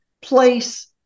place